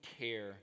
care